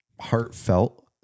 heartfelt